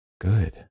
good